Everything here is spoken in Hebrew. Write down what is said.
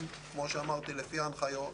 לא רוצים על חשבונם להעשיר אף אחד.